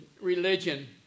religion